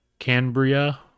Cambria